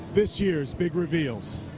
this year's big reveals.